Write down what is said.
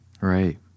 Right